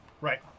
Right